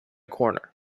corner